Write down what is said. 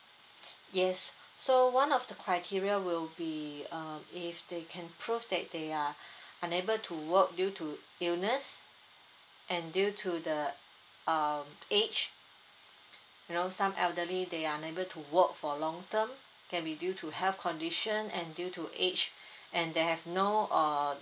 yes so one of the criteria will be um if they can prove that they are unable to work due to illness and due to the um age you know some elderly they're unable to work for long term can be due to health condition and due to age and they have no or